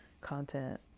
content